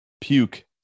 puke